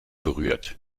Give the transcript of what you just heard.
berührt